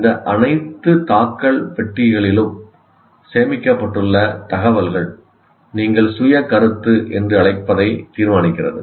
இந்த அனைத்து தாக்கல் பெட்டிகளிலும் சேமிக்கப்பட்டுள்ள தகவல்கள் நீங்கள் 'சுய கருத்து' என்று அழைப்பதை தீர்மானிக்கிறது